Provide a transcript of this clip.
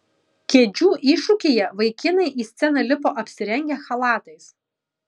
kėdžių iššūkyje vaikinai į sceną lipo apsirengę chalatais